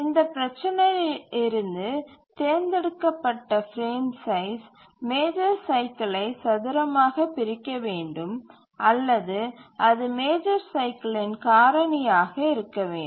இந்த பிரச்சினையில் இருந்து தேர்ந்தெடுக்கப்பட்ட பிரேம் சைஸ் மேஜர் சைக்கிலை சதுரமாக பிரிக்க வேண்டும் அல்லது அது மேஜர் சைக்கிலின் காரணியாக இருக்க வேண்டும்